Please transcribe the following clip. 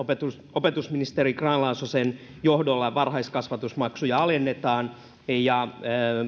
opetusministeri grahn laasosen johdolla varhaiskasvatusmaksuja alennetaan ja